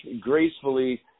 gracefully